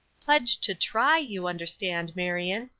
pledged to try, you understand, marion,